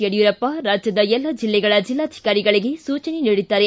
ಯಡಿಯೂರಪ್ಪ ರಾಜ್ಯದ ಎಲ್ಲ ಜಿಲ್ಲೆಗಳ ಜಿಲ್ಲಾಧಿಕಾರಿಗಳಿಗೆ ಸೂಚನೆ ನೀಡಿದ್ದಾರೆ